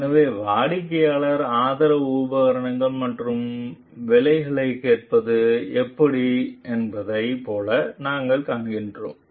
எனவே வாடிக்கையாளர் ஆதரவு உபகரணங்கள் மற்றும் விலைகளைக் கேட்பது எப்படி என்பதைப் போல நாங்கள் காண்கிறோம்